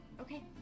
Okay